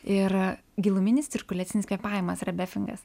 ir giluminis cirkuliacinis kvėpavimas rebefingas